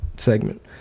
segment